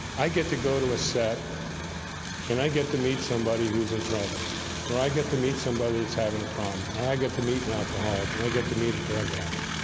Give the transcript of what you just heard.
i get to go to a set and i get to meet somebody who's in trouble or i get to meet somebody that's having a problem i get to meet an alcoholic and i get to meet a drug addict